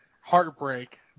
heartbreak